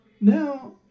now